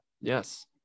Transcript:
Yes